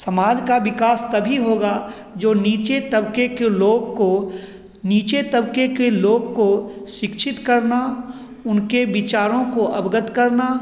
समाज का विकास तभी होगा जो नीचे तबके के लोग को नीचे तबके के लोग को शिक्षित करना उनके विचारों को अवगत करना